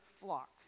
flock